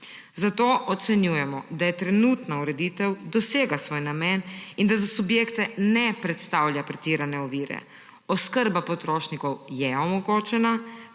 Zato ocenjujemo, da trenutna ureditev dosega svoj namen in da za subjekte ne predstavlja pretirane ovire. Oskrba potrošnikov je omogočena,